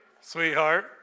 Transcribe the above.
sweetheart